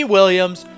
Williams